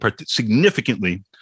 significantly